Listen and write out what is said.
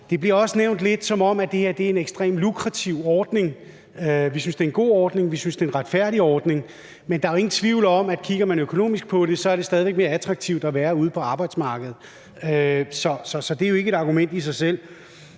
Det bliver også lidt nævnt, at det her er en ekstremt lukrativ ordning. Vi synes, det er en god ordning, og vi synes, det er en retfærdig ordning, men der er jo ingen tvivl om, at kigger man økonomisk på det, er det stadig væk mere attraktivt at være ude på arbejdsmarkedet, så det er jo ikke et argument i sig selv.